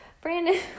brandon